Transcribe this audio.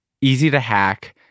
easy-to-hack